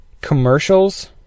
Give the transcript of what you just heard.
commercials